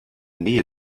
nähe